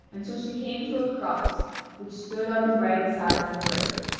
until she came to a cross which stood on the right side of the road,